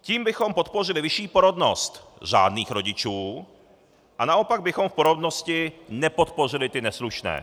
Tím bychom podpořili vyšší porodnost řádných rodičů a naopak bychom v porodnosti nepodpořili ty neslušné.